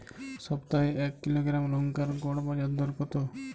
সপ্তাহে এক কিলোগ্রাম লঙ্কার গড় বাজার দর কতো?